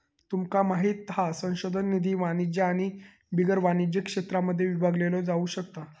तुमका माहित हा संशोधन निधी वाणिज्य आणि बिगर वाणिज्य क्षेत्रांमध्ये विभागलो जाउ शकता